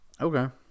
Okay